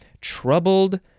Troubled